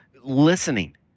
listening